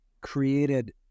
created